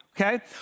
okay